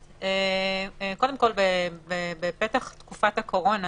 קודם כל בפתח תקופת הקורונה